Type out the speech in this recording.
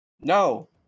No